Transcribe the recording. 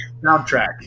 soundtrack